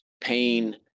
pain